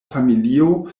familio